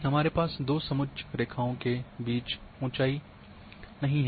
हमारे पास दो समुच्च रेखाओं के बीच ऊँचाई की नहीं है